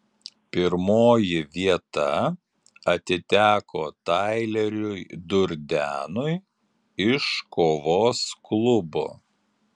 pirmoji vieta atiteko taileriui durdenui iš kovos klubo